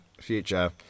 future